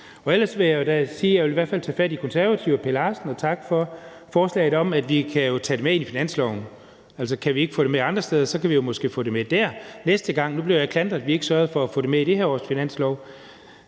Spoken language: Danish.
Ellers vil jeg da sige, at så vil jeg i hvert fald tage fat i hr. Per Larsen og De Konservative og takke for forslaget om, at vi jo kan tage det med i finansloven. Altså, kan vi ikke få det med andre steder, kan vi måske få det med dér næste gang. Nu blev jeg klandret for, at vi ikke sørgede for at få det med i dette års finanslov;